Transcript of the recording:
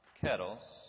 kettles